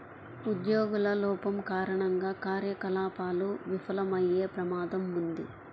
ఉద్యోగుల లోపం కారణంగా కార్యకలాపాలు విఫలమయ్యే ప్రమాదం ఉంది